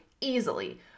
easily